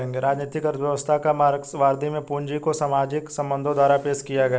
राजनीतिक अर्थव्यवस्था की मार्क्सवादी में पूंजी को सामाजिक संबंधों द्वारा पेश किया है